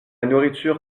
nourriture